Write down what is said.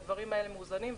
הדברים האלה מאוזנים,